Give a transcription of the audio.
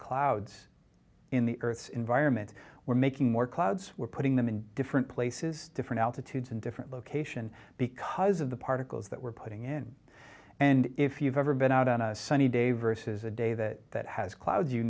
clouds in the earth's environment we're making more clouds we're putting them in different places different altitudes and different location because of the particles that we're putting in and if you've ever been out on a sunny day versus a day that has clouds you